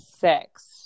six